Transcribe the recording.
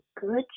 good